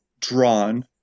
drawn